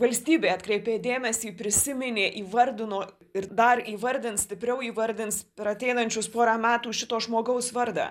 valstybė atkreipė dėmesį prisiminė įvardino ir dar įvardins stipriau įvardins per ateinančius porą metų šito žmogaus vardą